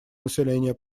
населения